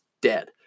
dead